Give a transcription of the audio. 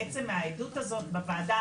בעצם מהעדות הזאת בוועדה,